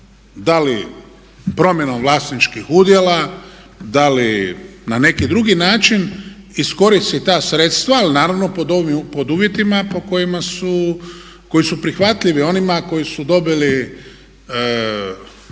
da li promjenom vlasničkih udjela, da li na neki drugi način iskoristiti ta sredstva ali naravno pod uvjetima po kojima su, koji su prihvatljivi onima koji su dobili